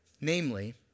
Namely